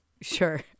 sure